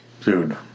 Dude